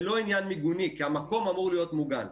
זה לא עניין מיגוני, כי המקום אמור להיות מוגן.